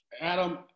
Adam